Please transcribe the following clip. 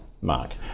Mark